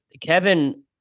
Kevin